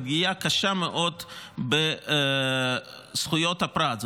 ופגיעה קשה מאוד בזכויות הפרט.